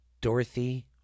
Dorothy